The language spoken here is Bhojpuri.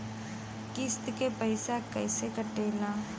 किस्त के पैसा कैसे कटेला?